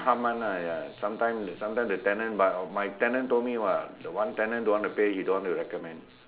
half month lah ya sometime sometime the tenant but my tenant told me [what] the one tenant don't want to pay he don't want to recommend